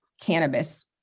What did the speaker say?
cannabis